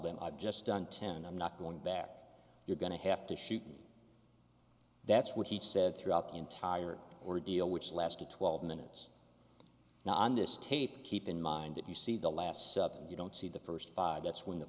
them i've just done ten and i'm not going back you're going to have to shoot me that's what he said throughout the entire ordeal which lasted twelve minutes now on this tape keep in mind that you see the last seven you don't see the first five that's when the